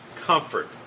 comfort